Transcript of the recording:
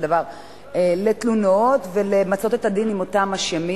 דבר לתלונות ולמיצוי הדין עם אותם אשמים,